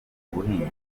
guhinga